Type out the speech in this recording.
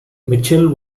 mitchell